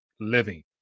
living